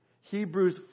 Hebrews